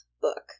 book